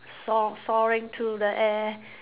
so~ soaring to the air